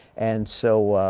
and so